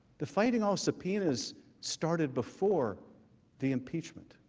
the fighting all subpoenas started before the impeachment